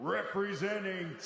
Representing